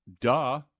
Duh